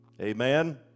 Amen